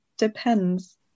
depends